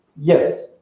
yes